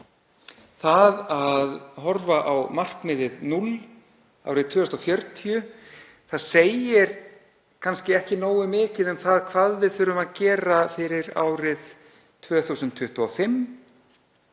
Það að horfa á markmiðið 0 árið 2040 segir kannski ekki nógu mikið um það hvað við þurfum að gera fyrir árið 2025,